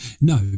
No